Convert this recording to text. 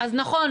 אז נכון,